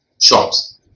shops